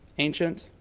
ancient,